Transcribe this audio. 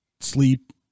sleep